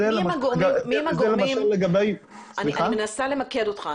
אני מנסה למקד אותך.